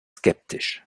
skeptisch